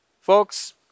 folks